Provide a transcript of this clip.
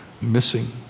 missing